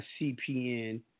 CPN